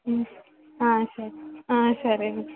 సరే సరేనండి